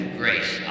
grace